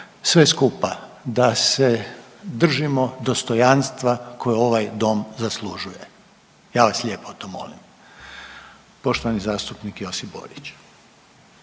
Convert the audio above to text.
sve skupa da se držimo dostojanstva koje ovaj dom zaslužuje. Ja vas lijepo to molim. Poštovani zastupnik Josip Borić.